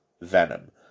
Venom